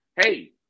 hey